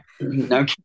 No